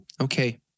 okay